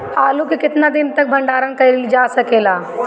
आलू के केतना दिन तक भंडारण करी जेसे खराब होएला?